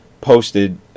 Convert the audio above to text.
posted